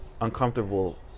uncomfortable